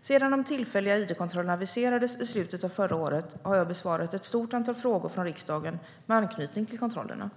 Sedan de tillfälliga id-kontrollerna aviserades i slutet av förra året har jag besvarat ett stort antal frågor från riksdagen med anknytning till kontrollerna.